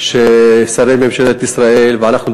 ששרי ממשלת ישראל ואנחנו,